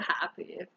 happy